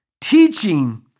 teaching